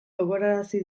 gogorarazi